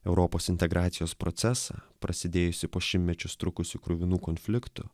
europos integracijos procesą prasidėjusį po šimtmečius trukusių kruvinų konfliktų